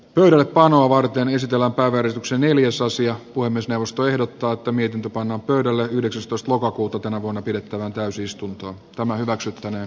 pöydällepanoa varten esitellä verotuksen eli jos asia kuin myös neuvosto ehdottaa että miten se pannaan pöydälle yhdeksästoista lokakuuta tänä vuonna pidettävään täysistuntoon tämä hyväksyttäneen